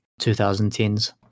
2010s